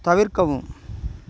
தவிர்க்கவும்